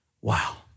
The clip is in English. wow